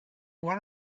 one